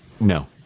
No